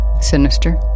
sinister